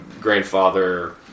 grandfather